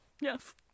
Yes